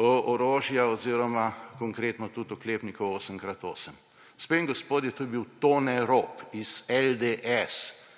orožja oziroma konkretno tudi oklepnikov 8x8? Gospe in gospodje, to je bil Tone Rop iz LDS,